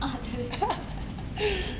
ah 对